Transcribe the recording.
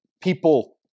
people